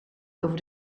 over